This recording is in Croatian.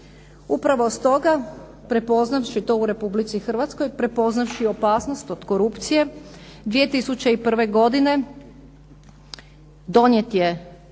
Upravo s toga prepoznavši to u Republici Hrvatskoj, prepoznavši opasnost od korupcije 2001. godine donijet je